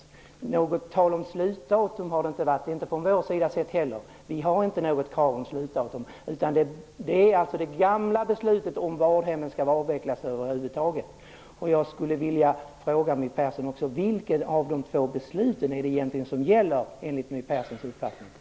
Något tal om slutdatum har det inte varit, inte från vår sida heller. Vi har inte något krav på slutdatum. Det handlar om det gamla beslutet, om vårdhemmen skall avvecklas över huvud taget. Jag skulle vilja fråga även My Persson: Vilket av de två besluten är det egentligen som gäller, enligt My Perssons uppfattning?